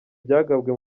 byagabwe